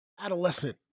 Adolescent